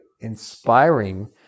inspiring